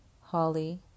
Holly